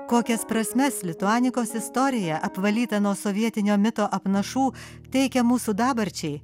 kokias prasmes lituanikos istorija apvalyta nuo sovietinio mito apnašų teikia mūsų dabarčiai